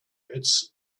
its